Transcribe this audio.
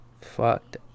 fucked